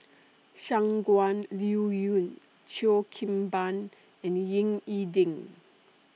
Shangguan Liuyun Cheo Kim Ban and Ying E Ding